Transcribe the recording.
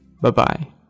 Bye-bye